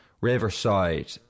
riverside